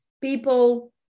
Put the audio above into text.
People